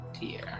dear